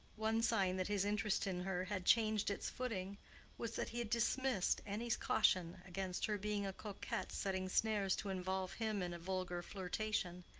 one sign that his interest in her had changed its footing was that he dismissed any caution against her being a coquette setting snares to involve him in a vulgar flirtation,